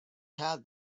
have